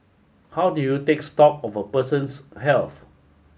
how do you take stock of a person's health